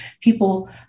people